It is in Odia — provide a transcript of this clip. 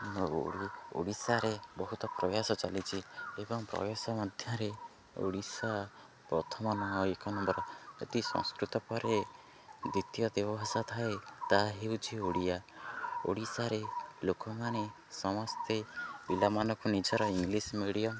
ଓଡ଼ିଶାରେ ବହୁତ ପ୍ରୟାସ ଚାଲିଛି ଏବଂ ପ୍ରୟାସ ମଧ୍ୟରେ ଓଡ଼ିଶା ପ୍ରଥମ ନୁହଁ ଏକ ନମ୍ବର ଯଦି ସଂସ୍କୃତ ପରେ ଦ୍ୱିତୀୟ ଦେବ ଭାଷା ଥାଏ ତାହା ହେଉଛି ଓଡ଼ିଆ ଓଡ଼ିଶାରେ ଲୋକମାନେ ସମସ୍ତେ ପିଲାମାନଙ୍କୁ ନିଜର ଇଂଲିଶ ମିଡ଼ିୟମ